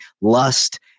lust